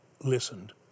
listened